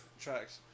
tracks